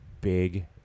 big